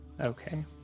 Okay